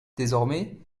désormais